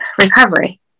Recovery